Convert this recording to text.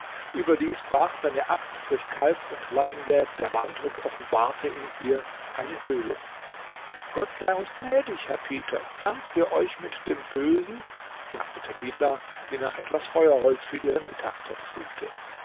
überdies brach seine axt durch kalk und lattenwerk der wand und offenbarte in ihr eine höhlung gott sei uns gnädig herr peter zankt ihr euch mit dem bösen sagte tabitha die nach etwas feuerholz für ihren mittagstopf suchte